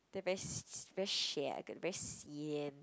they are very si~ very shag very sian